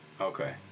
Okay